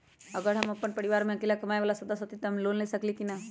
अगर हम अपन परिवार में अकेला कमाये वाला सदस्य हती त हम लोन ले सकेली की न?